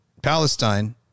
Palestine